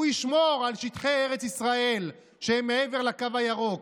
שהוא ישמור על שטחי ארץ ישראל שמעבר לקו הירוק,